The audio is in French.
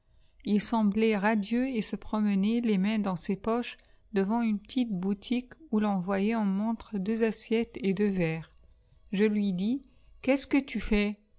il semblait radieux et se promenait les mains dans ses poches devant une petite boutique où l'on voyait en montre deux assiettes et deux verres je lui dis qu'est-ce que tu fais